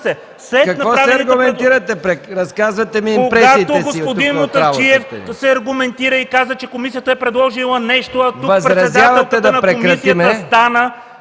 Какво се аргументирате?! Преразказвате ми импресиите си от тук.